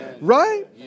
right